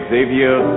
Xavier